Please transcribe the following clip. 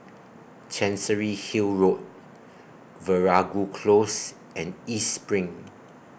Chancery Hill Road Veeragoo Close and East SPRING